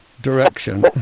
direction